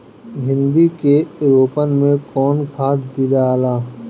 भिंदी के रोपन मे कौन खाद दियाला?